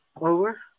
over